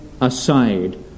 aside